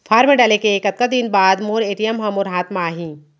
Form डाले के कतका दिन बाद मोर ए.टी.एम ह मोर हाथ म आही?